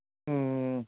ம் ம் ம்